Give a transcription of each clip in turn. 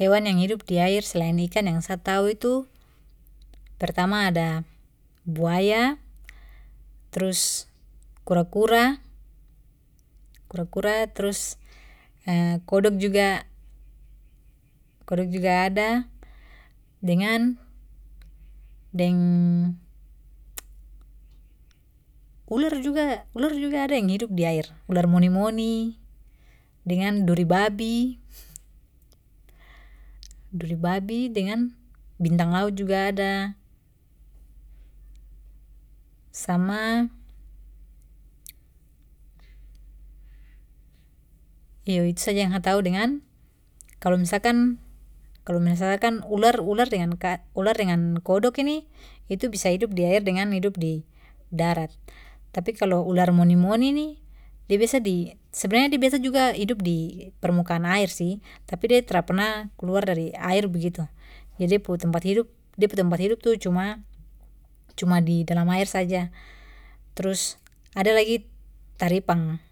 Hewan yang hidup di air selain ikan yang sa tau itu, pertama ada buaya, trus kura-kura, kura-kura, trus kodok juga, kodok juga ada, dengan, deng, ular juga, ular juga ada yang hidup di air, ular moni-moni dengan duri babi, duri babi, dengan bintang laut juga ada, sama, iyo, itu saja yang sa tahu dengan, kalau misalkan, kalau misalkan ular, ular dengan ka, ular dengan kodok ini itu bisa hidup di air dengan hidup di darat. Tapi kalau ular moni-moni ni de biasa di, sebenarnya de biasa juga hidup di permukaan air sih, tapi de tra perna keluar dari air begitu. Jadi de pu tempat hidup, de pu tempat hidup tu cuma cuma di dalam air saja. Terus ada lagi taripang.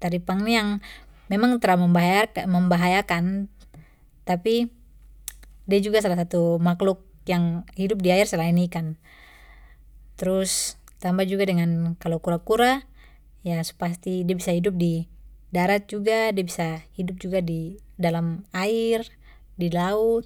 Taripang ni yang memang tra membahayakan tapi de juga salah satu makluk yang hidup di air selain ikan. Terus tamba juga dengan, kalau kura-kura ya su pasti de bisa hidup di darat juga de bisa hidup juga di dalam air, di laut.